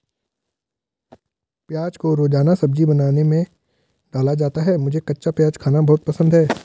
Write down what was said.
प्याज को रोजाना सब्जी बनाने में डाला जाता है मुझे कच्चा प्याज खाना बहुत पसंद है